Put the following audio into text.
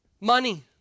money